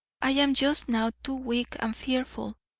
i am just now too weak and fearful.